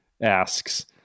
asks